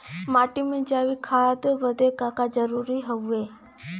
माटी में जैविक खाद बदे का का जरूरी ह?